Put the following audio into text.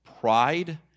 pride